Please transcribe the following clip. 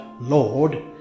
Lord